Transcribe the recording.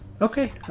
Okay